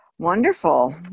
Wonderful